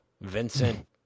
Vincent